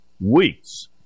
weeks